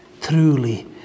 Truly